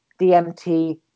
DMT